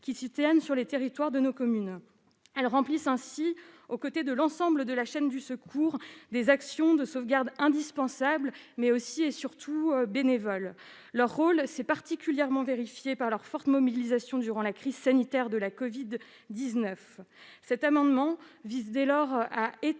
qui se tiennent sur les territoires de nos communes. Elles remplissent ainsi, aux côtés de l'ensemble de la chaîne du secours, des actions de sauvegarde indispensables, mais aussi et surtout bénévoles. Leur rôle s'est particulièrement vérifié par leur forte mobilisation durant la crise sanitaire de la covid-19. Cet amendement vise dès lors à étendre